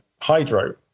Hydro